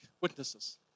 witnesses